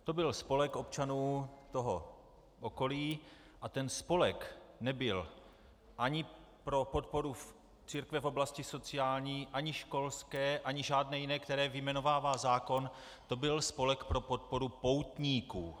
To byl spolek občanů toho okolí a ten spolek nebyl ani pro podporu církve v oblasti sociální ani školské ani žádné jiné, které vyjmenovává zákon, to byl spolek pro podporu poutníků.